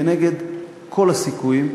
כנגד כל הסיכויים,